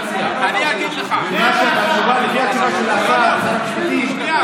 לפי התשובה של שר המשפטים,